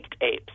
apes